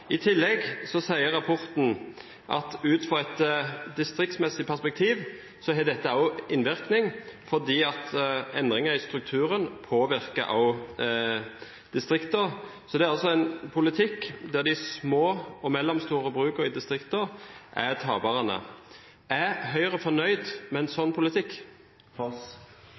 I tillegg sier rapporten at ut fra et distriktsmessig perspektiv har dette også innvirkning fordi endringer i strukturen også påvirker distriktene. Det er altså en politikk der de små og mellomstore brukene i distriktene er taperne. Er Høyre fornøyd med en